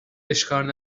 اشکال